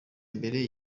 mbere